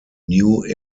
new